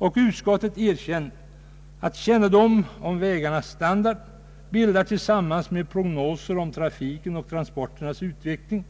Och utskottet er känner att kännedom om vägarnas standard tillsammans med prognoser om trafiken och transporternas utveckling